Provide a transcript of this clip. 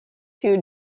two